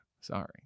sorry